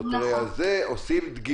עושים דגימות.